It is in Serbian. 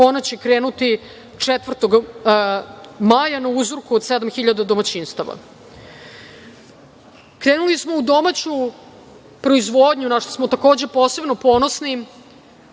Ona će krenuti 4. maja na uzroku od 7.000 domaćinstava. Krenuli smo u domaću proizvodnju, na šta smo takođe posebno ponosni.